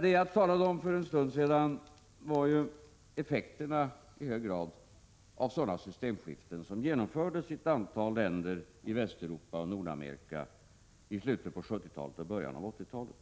Det jag talade om för en stund sedan var ju i hög grad effekterna av just sådana systemskiften som genomfördes i ett antal länder i Västeuropa och Nordamerika i slutet av 1970-talet och början av 1980-talet.